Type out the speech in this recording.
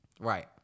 Right